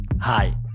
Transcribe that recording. Hi